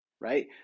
right